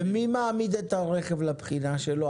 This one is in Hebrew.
ומי מעמיד את הרכב לבחינה שלו?